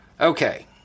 Okay